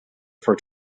for